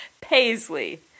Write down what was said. Paisley